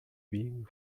being